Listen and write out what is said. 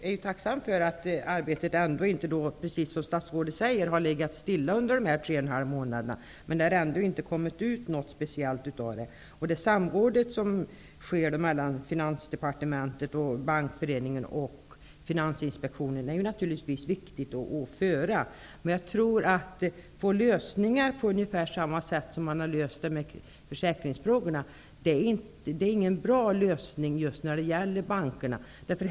Fru talman! Det är klart att jag är tacksam för att arbetet, som statsrådet säger, inte legat stilla under tre och en halv månad. Men det har ändå inte kommit ut något speciellt av detta. Det samråd som förekommer mellan Finansinspektionen är naturligtvis viktigt. Men jag tror att lösningar av ungefär det slag som gäller försäkringsfrågorna inte är bra just när det gäller bankerna.